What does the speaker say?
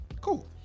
cool